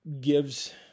gives